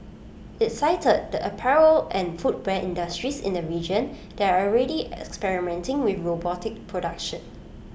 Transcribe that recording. IT cited the apparel and footwear industries in the region that are already experimenting with robotic production